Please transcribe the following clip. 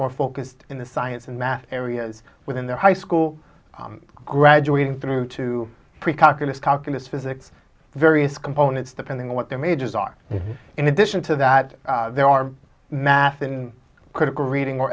more focused in the science and math areas within their high school graduating through two precalculus calculus physics various components depending on what their majors are and in addition to that there are math and critical reading or